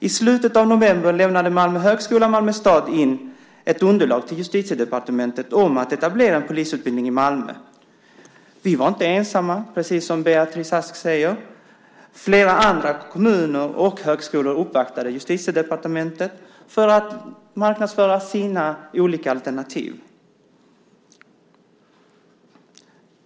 I slutet av november lämnade Malmö högskola och Malmö stad in ett underlag till Justitiedepartementet om att etablera en polisutbildning i Malmö. Vi var inte ensamma, precis som Beatrice Ask säger. Flera andra kommuner och högskolor uppvaktade Justitiedepartementet för att marknadsföra sina olika alternativ.